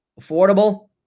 affordable